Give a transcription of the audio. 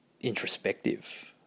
introspective